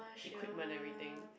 equipment everything